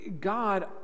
God